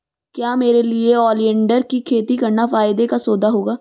क्या मेरे लिए ओलियंडर की खेती करना फायदे का सौदा होगा?